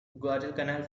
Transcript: guadalcanal